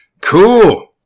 Cool